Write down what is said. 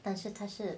但是他是